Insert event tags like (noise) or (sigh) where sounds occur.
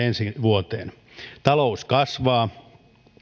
(unintelligible) ensi vuoteen talous kasvaa